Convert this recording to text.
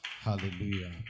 hallelujah